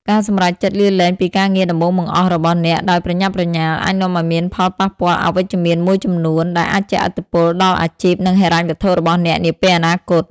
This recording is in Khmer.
ការសម្រេចចិត្តលាលែងពីការងារដំបូងបង្អស់របស់អ្នកដោយប្រញាប់ប្រញាល់ អាចនាំឲ្យមានផលប៉ះពាល់អវិជ្ជមានមួយចំនួន ដែលអាចជះឥទ្ធិពលដល់អាជីព និងហិរញ្ញវត្ថុរបស់អ្នកនាពេលអនាគត។